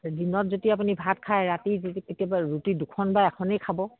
দিনত যদি আপুনি ভাত খায় ৰাতি যদি কেতিয়াবা ৰুটি দুখন বা এখনেই খাব